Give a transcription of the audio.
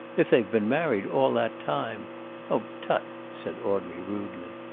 if they've been married all that time oh, tut! said audrey, rudely.